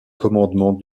commandement